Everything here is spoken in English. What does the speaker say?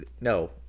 No